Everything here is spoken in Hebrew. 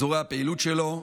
אזורי הפעילות שלו,